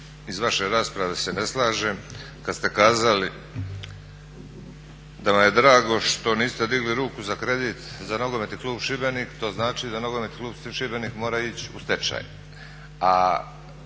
iz vaše rasprave se ne slažem kada ste kazali da vam je drago što niste digli ruku za kredit za Nogometni klub Šibenik, to znači da Nogometni klub Šibenik mora ići u stečaj.